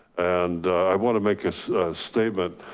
and i want to make a statement,